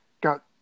got